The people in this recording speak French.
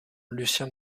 lucien